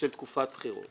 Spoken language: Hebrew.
של תקופת בחירות